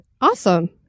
Awesome